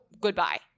goodbye